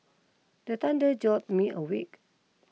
the thunder jolt me awake